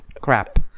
crap